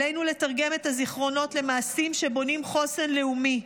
עלינו לתרגם את הזיכרונות למעשים שבונים חוסן לאומי,